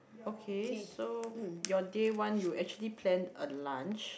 okay so your day one you actually plan a lunch